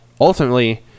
ultimately